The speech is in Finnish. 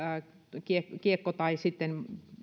parkkikiekko tai